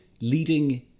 leading